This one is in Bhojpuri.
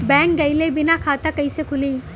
बैंक गइले बिना खाता कईसे खुली?